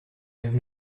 have